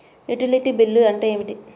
Utility bill అంటే ఏమిటి?